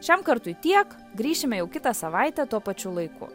šiam kartui tiek grįšime jau kitą savaitę tuo pačiu laiku